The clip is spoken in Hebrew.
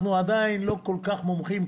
אנחנו עדיין לא כל כך מומחים לנגיף,